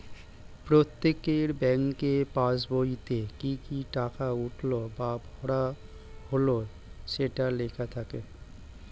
প্রত্যেকের ব্যাংকের পাসবইতে কি কি টাকা উঠলো বা ভরা হলো সেটা লেখা থাকে